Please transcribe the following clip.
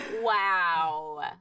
Wow